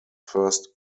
first